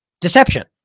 deception